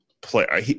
player